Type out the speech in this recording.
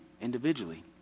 individually